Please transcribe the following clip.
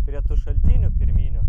prie tų šaltinių pirminių